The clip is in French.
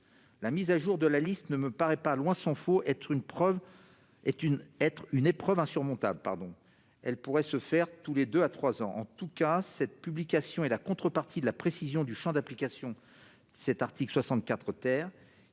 La mise à jour de la liste ne me paraît pas, tant s'en faut, être une épreuve insurmontable : elle pourrait se faire tous les deux à trois ans. En tout cas, cette publication est une contrepartie à la précision du champ d'application de l'article 64 ,